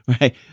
right